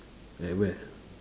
at where